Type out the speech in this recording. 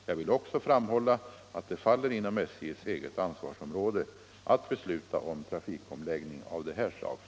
Jag vill också framhålla att det faller inom SJ:s eget ansvarsområde att besluta om trafikomläggning av det här slaget.